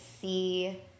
see